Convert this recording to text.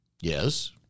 Yes